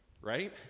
Right